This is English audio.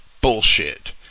bullshit